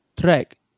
track